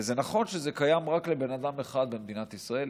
וזה נכון שזה קיים רק לבן אדם אחד במדינת ישראל,